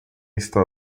está